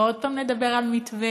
ועוד פעם נדבר על מתווה,